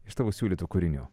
iš tavo siūlytų kūrinių